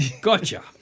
Gotcha